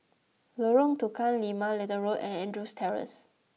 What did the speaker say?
Lorong Tukang Lima Little Road and Andrews Terrace